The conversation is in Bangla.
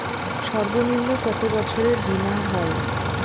সর্বনিম্ন কত বছরের বীমার হয়?